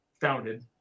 founded